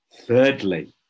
Thirdly